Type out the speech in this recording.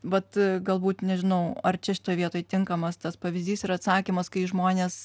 vat galbūt nežinau ar čia šitoj vietoj tinkamas tas pavyzdys ir atsakymas kai žmonės